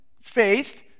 faith